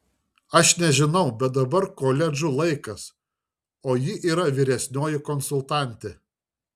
aš nežinau bet dabar koledžų laikas o ji yra vyresnioji konsultantė